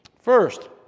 First